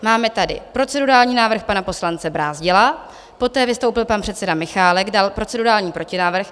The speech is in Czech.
Máme tady procedurální návrh pana poslance Brázdila, poté vystoupil pan předseda Michálek a dal procedurální protinávrh.